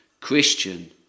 Christian